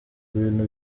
bintu